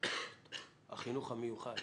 החינוך המיוחד